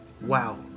Wow